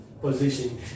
Position